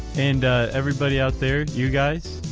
and everybody out there you guys,